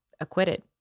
acquitted